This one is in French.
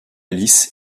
lys